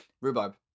Rhubarb